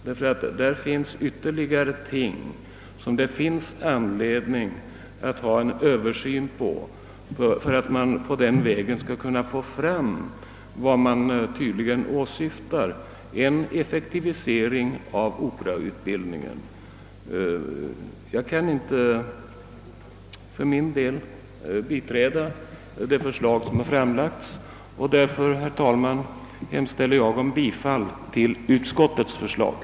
Det finns en del ting ytterligare som det kan vara anledning att göra en översyn av för att nå fram till vad man här åsyftar, nämligen en effektivisering av operautbildningen. Herr talman! Jag kan inte biträda det förslag som här framlagts, och därför hemställer jag om bifall till utskottets hemställan.